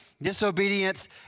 disobedience